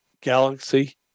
galaxy